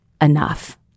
enough